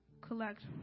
collect